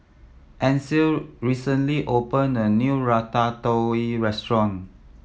Ancil recently opened a new Ratatouille Restaurant